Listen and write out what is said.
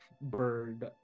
bird